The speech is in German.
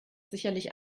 sicherlich